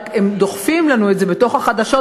רק הם דוחפים לנו את זה בתוך החדשות,